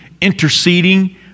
interceding